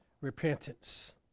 repentance